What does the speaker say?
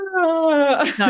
No